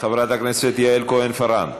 חברת הכנסת יעל כהן-פארן,